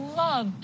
love